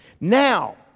Now